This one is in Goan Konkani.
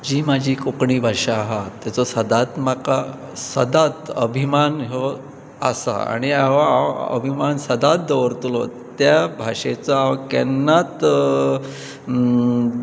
जी म्हाजी कोंकणी भाशा आहा तेचो सदांच म्हाका सदांच अभिमान हो आसा आनी हांव हांव अभिमान सदांच दवरतलो त्या भाशेचो हांव केन्नाच